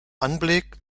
anblick